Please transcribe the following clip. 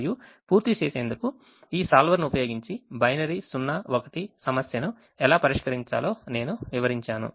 మరియు పూర్తి చేసేందుకు ఈ solver ని ఉపయోగించి బైనరీ 0 1 సమస్యను ఎలా పరిష్కరించాలో నేను వివరించాను